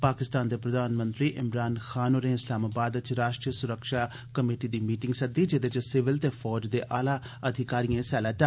पाकिस्तान दे प्रधानमंत्री इमरान खान होरें इस्लामाबाद च राष्ट्री सुरक्षा कमेटी दी मीटिंग सद्दी जेह्दे च सिविल ते फौज ते आला अधिकारिए हिस्सा लैता